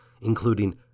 including